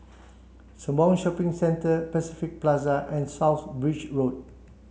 Sembawang Shopping Centre Pacific Plaza and South Bridge Road